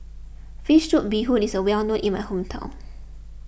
Fish Soup Bee Hoon is well known in my hometown